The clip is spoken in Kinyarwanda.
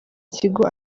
kigo